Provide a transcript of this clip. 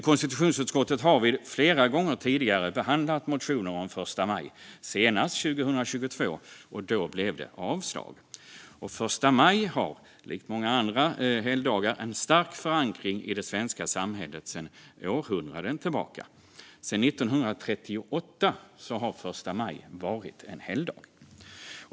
Konstitutionsutskottet har flera gånger tidigare behandlat motioner om första maj, senast 2022, och då har det blivit avslag. Första maj har, likt många andra helgdagar, en stark förankring i det svenska samhället sedan århundraden tillbaka. Sedan 1938 har första maj varit en helgdag.